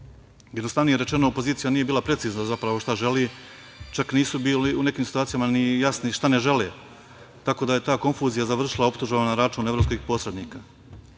odgovara. Jednostavnije rečeno, opozicija nije bila precizna zapravo šta želi, čak nisu bili u nekim situacijama ni jasni šta ne žele. Tako da je ta konfuzija završila optužbama na račun evropskih posrednika.